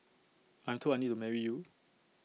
I'm told I need to marry you